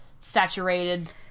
saturated